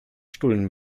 stullen